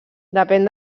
depèn